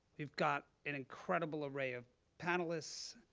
you've got an incredible array of panelists.